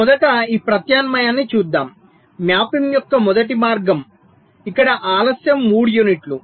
మొదట ఈ ప్రత్యామ్నాయాన్ని చూద్దాం మ్యాపింగ్ యొక్క మొదటి మార్గం ఇక్కడ ఆలస్యం 3 యూనిట్లు